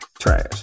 trash